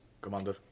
Commander